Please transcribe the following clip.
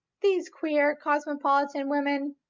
these queer cosmopolitan women,